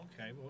Okay